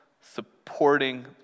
supporting